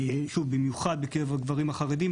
במיוחד בקרב הגברים החרדים.